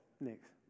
next